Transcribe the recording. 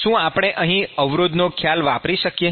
શું આપણે અહીં અવરોધનો ખ્યાલ વાપરી શકીએ